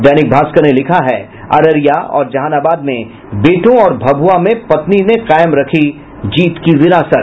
दैनिक भास्कर ने लिखा है अररिया और जहानाबाद में बेटों और भभुआ में पत्नी ने कायम रखी जीत की विरासत